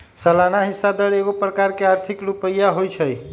सलाना हिस्सा दर एगो प्रकार के आर्थिक रुपइया होइ छइ